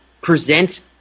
present